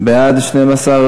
זה למליאה.